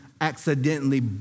accidentally